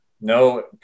no